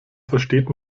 versteht